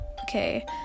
okay